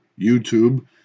YouTube